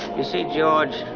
you see george,